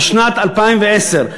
בשנת 2010,